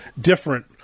different